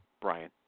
Brian